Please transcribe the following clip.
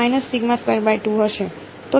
0 અને તે હશે